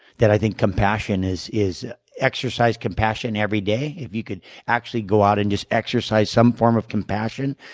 that i think compassion is is exercise compassion every day. if you could actually go out and just exercise some form of compassion,